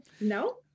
No